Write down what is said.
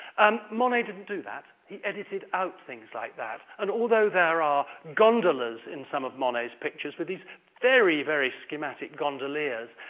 um monet didn't do that, he edited out things like that and although there are gondolas in some of monet's pictures with these very, very schematic gondoliers,